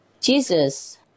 Jesus